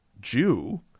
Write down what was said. Jew